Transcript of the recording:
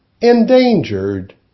endangered